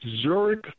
Zurich